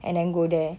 and then go there